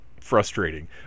frustrating